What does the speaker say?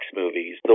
movies